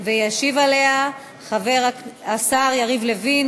ישיב עליה השר יריב לוין,